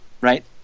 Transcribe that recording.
right